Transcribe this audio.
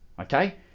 okay